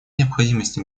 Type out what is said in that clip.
необходимости